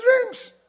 dreams